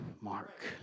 mark